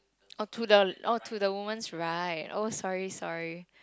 oh to the oh to the woman's right oh sorry sorry